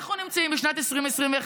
אנחנו נמצאים בשנת 2021,